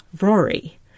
Rory